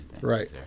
Right